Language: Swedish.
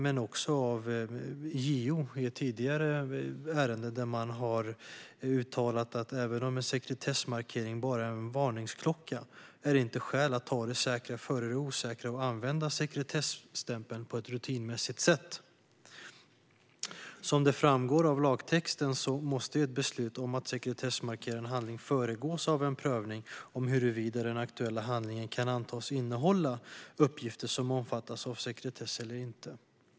Men även JO har i ett tidigare ärende uttalat att sekretessmarkering, även om det är en varningsklocka, inte är ett skäl för att ta det säkra före det osäkra och att använda sekretesstämpeln på ett rutinmässigt sätt. Av lagtexten framgår att ett beslut om att sekretessmarkera en handling ska föregås av en prövning om den aktuella handlingen kan antas innehålla uppgifter som omfattas av sekretess eller inte.